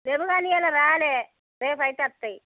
లేవు కానీ ఇవాళ రాలేదు రేపు అయితే వస్తాయి